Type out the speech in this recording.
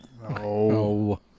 No